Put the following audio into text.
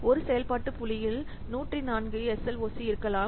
1 செயல்பாட்டு புள்ளியில் 104 SLOC இருக்கலாம்